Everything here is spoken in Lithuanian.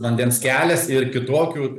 vandens kelias ir kitokių